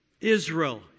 Israel